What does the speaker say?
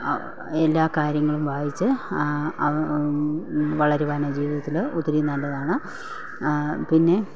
ആ എല്ലാ കാര്യങ്ങളും വായിച്ച് അവ വളരുവാന് ജീവിതത്തില് ഒത്തിരി നല്ലതാണ് പിന്നെ